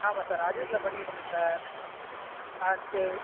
ஆமாம் சார் அரியலூரில் பண்ணிட்டுருந்தேன் சார் ஆ சரி